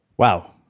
Wow